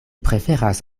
preferas